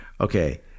Okay